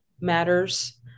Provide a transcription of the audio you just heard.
matters